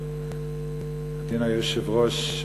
אחרי זה הבטחה שנייה,